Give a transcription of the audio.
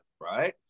right